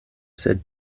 sed